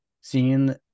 seeing